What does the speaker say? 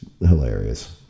hilarious